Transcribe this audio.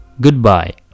Goodbye